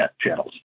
channels